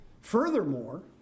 Furthermore